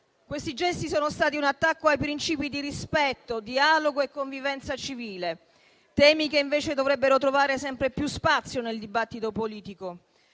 Questi gesti sono stati un attacco ai principi di rispetto, dialogo e convivenza civile; temi che, invece, dovrebbero trovare sempre più spazio nel dibattito politico,